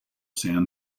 san